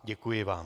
Děkuji vám.